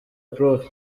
prof